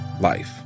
life